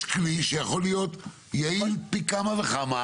יש כלי שיכול להיות יעיל פי כמה וכמה.